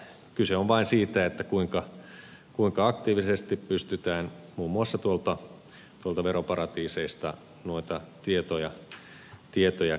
kyse on vain siitä kuinka aktiivisesti pystytään muun muassa tuolta veroparatiiseista noita tietoja keräämään